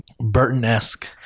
Burton-esque